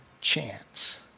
chance